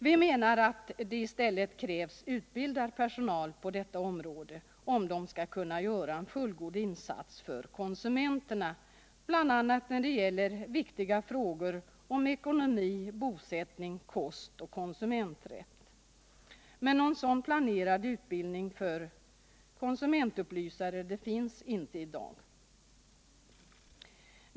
Vi menar att det krävs utbildad personal på detta område, om den skall kunna göra en fullgod insats för konsumenterna, bl.a. när det gäller viktiga frågor om ekonomi, bosättning, kost och konsumenträtt. Någon sådan planerad utbildning för konsumentupplysare finns inte i dag.